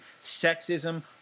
sexism